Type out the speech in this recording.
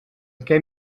què